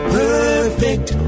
perfect